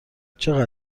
چقدر